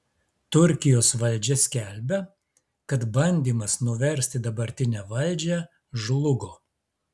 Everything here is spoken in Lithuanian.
turkijos valdžia skelbia kad bandymas nuversti dabartinę valdžią žlugo